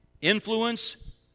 Influence